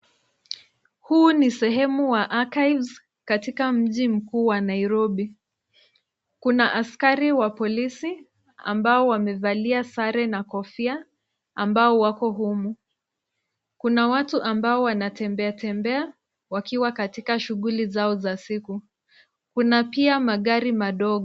Huu ni sehemu wa Archives, katika mji mkuu wa Nairobi. Kuna askari wa polisi ambao wamevalia sare na kofia ambao wako humu. Kuna watu ambao wanatembeatembea wakiwa katika shughli zao za siku. Kuna pia magari madogo.